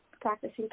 practicing